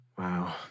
Wow